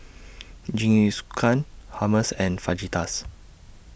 Jingisukan Hummus and Fajitas